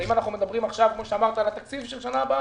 הרי אם אנחנו מדברים עכשיו על התקציב של השנה הבאה,